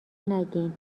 نگین